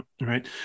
right